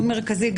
מאוד מרכזי,